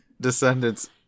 Descendants